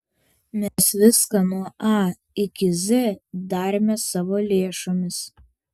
mes viską nuo a iki z darėme savo lėšomis